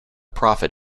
profit